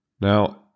Now